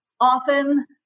often